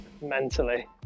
mentally